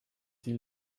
die